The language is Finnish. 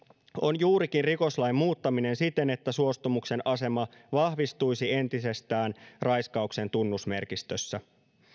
on juurikin rikoslain muuttaminen siten että suostumuksen asema vahvistuisi entisestään raiskauksen tunnusmerkistössä